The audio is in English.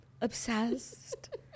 obsessed